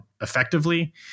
effectively